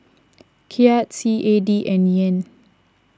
Kyat C A D and Yen